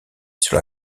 sur